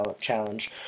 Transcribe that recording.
challenge